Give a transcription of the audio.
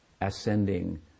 ascending